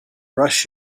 rush